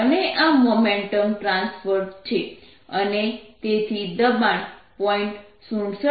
અને આ momentum transferred છે અને તેથી દબાણ 0